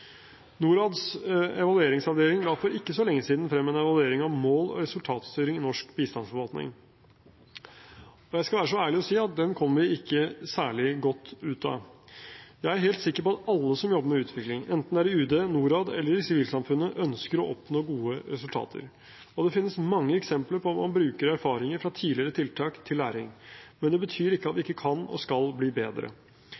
Norads evalueringsavdeling la for ikke så lenge siden frem en evaluering av mål- og resultatstyring i norsk bistandsforvaltning. Jeg skal være så ærlig å si at den kom vi ikke særlig godt ut av. Jeg er helt sikker på at alle som jobber med utvikling – enten det er i UD, Norad eller i sivilsamfunnet – ønsker å oppnå gode resultater. Og det finnes mange eksempler på at man bruker erfaringer fra tidligere tiltak til læring. Men det betyr ikke at